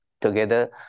together